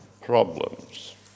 problems